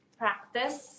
practice